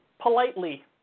politely